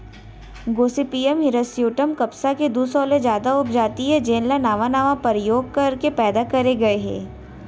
Gossypium हिरस्यूटॅम कपसा के दू सौ ले जादा उपजाति हे जेन ल नावा नावा परयोग करके पैदा करे गए हे